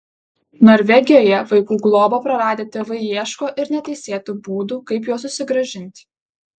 norvegijoje vaikų globą praradę tėvai ieško ir neteisėtų būdų kaip juos susigrąžinti